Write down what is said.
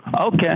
Okay